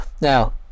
now